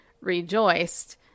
rejoiced